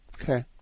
Okay